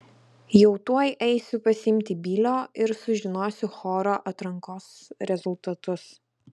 jau tuoj eisiu pasiimti bilio ir sužinosiu choro atrankos rezultatus